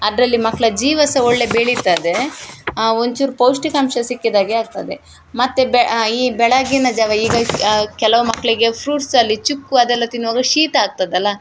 ಅದರಲ್ಲಿ ಮಕ್ಕಳ ಜೀವ ಸಹ ಒಳ್ಳೆಯ ಬೆಳಿತದೆ ಒಂಚೂರು ಪೌಷ್ಟಿಕಾಂಶ ಸಿಕ್ಕಿದಾಗೆ ಆಗ್ತದೆ ಮತ್ತು ಬೆ ಈ ಬೆಳಗ್ಗಿನ ಜಾವ ಈಗ ಕೆಲವು ಮಕ್ಕಳಿಗೆ ಫ್ರೂಟ್ಸಲ್ಲಿ ಚಿಕ್ಕೂ ಅದೆಲ್ಲ ತಿನ್ನುವಾಗ ಶೀತ ಆಗ್ತದಲ್ಲ